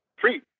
three